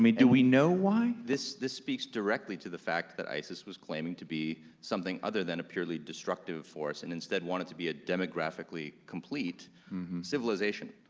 do we know why? this this speaks directly to the fact that isis was claiming to be something other than a purely destructive force and instead wanted to be a demographically complete civilization.